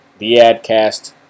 Theadcast